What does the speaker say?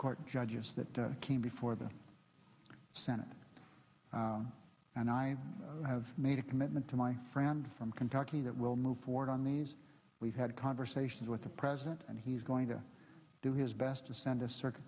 court judges that came before the senate and i have made a commitment to my friend from kentucky that will move forward on these we've had conversations with the president and he's going to do his best to send a circuit